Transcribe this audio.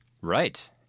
right